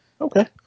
Okay